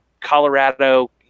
Colorado